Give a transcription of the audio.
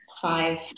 five